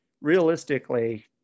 realistically